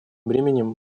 бременем